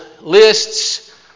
lists